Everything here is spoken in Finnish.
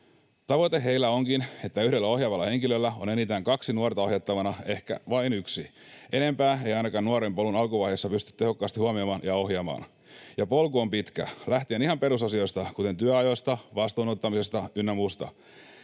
Tavoite heillä onkin, että yhdellä ohjaavalla henkilöllä on enintään kaksi nuorta ohjattavanaan, ehkä vain yksi. Enempää ei ainakaan nuoren polun alkuvaiheessa pysty tehokkaasti huomioimaan ja ohjaamaan, ja polku on pitkä, lähtien ihan perusasioista, kuten työajoista, vastuun ottamisesta ynnä muusta.